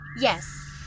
Yes